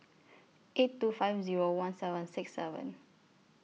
eight two five Zero one seven six seven